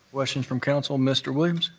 questions from council, mr. williams.